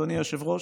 אדוני היושב-ראש,